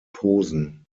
posen